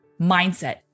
mindset